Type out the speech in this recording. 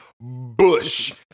Bush